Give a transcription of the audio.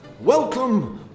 welcome